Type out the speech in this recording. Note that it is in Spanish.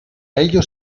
ellos